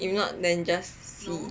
if not then just sea